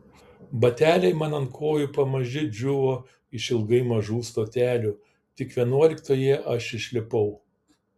bateliai man ant kojų pamaži džiūvo išilgai mažų stotelių tik vienuoliktoje aš išlipau